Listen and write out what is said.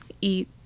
eat